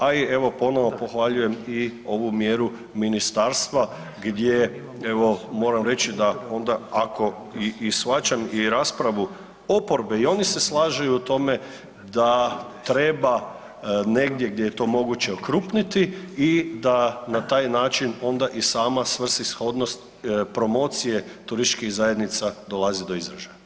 A i evo ponovo pohvaljujem i ovu mjeru Ministarstva gdje evo moram reći da onda ako i, i shvaćam i raspravu oporbe i oni se slažu u tome da treba negdje gdje je to moguće okrupniti i da na taj način onda i sama svrsishodnost promocije turističkih zajednica dolazi do izražaja.